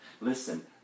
Listen